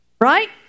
Right